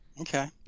okay